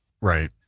Right